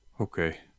Okay